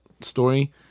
story